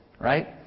right